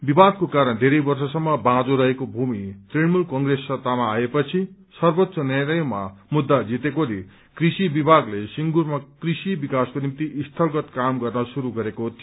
विवादको कारण बेरै वर्षसम्म बाँको रहेको भूमि तृणमूल कंप्रेस सत्तामा आएपछि सर्वोच्च न्यायालयमा मुद्दा जितेकोले कृषि विभागले सिंगूरमा कृषि विकासको निम्ति स्थलगत काम गर्न श्रुरू गरेको थियो